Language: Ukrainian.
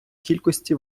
кількості